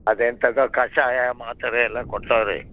ಅದೆಂಥದ್ದೋ ಕಷಾಯ ಮಾತ್ರೆ ಎಲ್ಲ ಕೊಟ್ಟವ್ರೆ